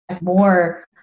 more